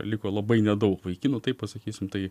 liko labai nedaug vaikinų taip pasakysim tai